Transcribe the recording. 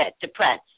depressed